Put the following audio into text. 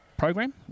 program